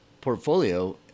portfolio